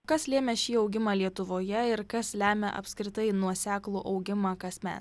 kas lėmė šį augimą lietuvoje ir kas lemia apskritai nuoseklų augimą kasme